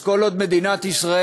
אז כל עוד מדינת ישראל,